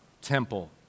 temple